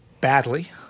badly